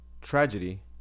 tragedy